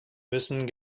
müssen